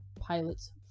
pilots